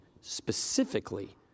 specifically